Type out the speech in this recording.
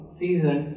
season